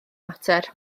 mater